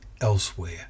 elsewhere